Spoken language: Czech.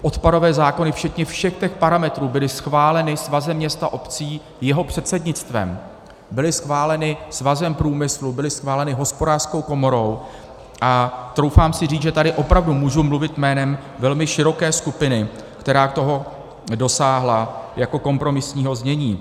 Odpadové zákony včetně všech těch parametrů byly schváleny Svazem měst a obcí, jeho předsednictvem, byly schváleny Svazem průmyslu, byly schváleny Hospodářskou komorou a troufám si říct, že tady opravdu můžu mluvit jménem velmi široké skupiny, která toho dosáhla jako kompromisního znění.